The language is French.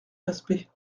respect